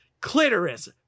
clitoris